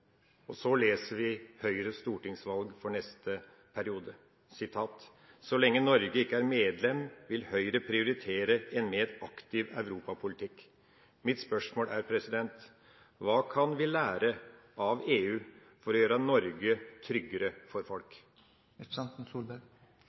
Så leser vi i forbindelse med Høyres stortingsvalg for neste periode: «Så lenge Norge ikke er medlem, vil Høyre prioritere en mer aktiv europapolitikk.» Mitt spørsmål er: Hva kan vi lære av EU for å gjøre Norge tryggere for folk?